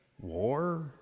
War